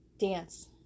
dance